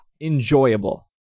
enjoyable